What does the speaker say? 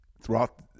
throughout